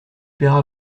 payera